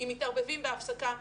אם מתערבבים בהפסקה,